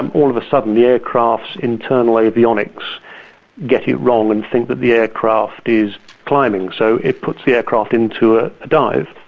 and all of a sudden the aircraft's internal avionics get it wrong um and that the aircraft is climbing, so it puts the aircraft into a dive.